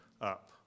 up